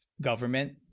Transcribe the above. government